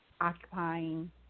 occupying